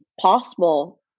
possible